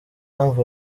mpamvu